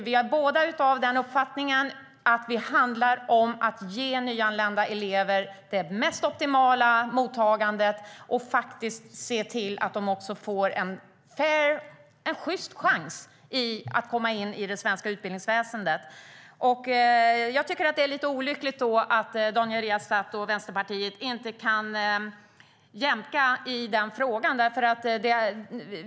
Vi delar uppfattningen att det handlar om att ge nyanlända elever det mest optimala mottagandet och se till att de får en sjyst chans att komma in i det svenska utbildningsväsendet. Det är olyckligt att Daniel Riazat och Vänsterpartiet inte kan jämka i denna fråga.